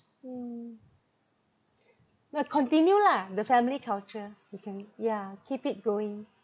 mm you all continue lah the family culture you can yeah keep it going